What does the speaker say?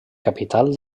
capital